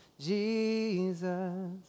Jesus